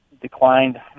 declined